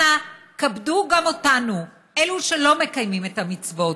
אנא כבדו גם אותנו, אלה שלא מקיימים את המצוות.